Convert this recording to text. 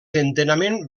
enterament